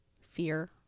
fear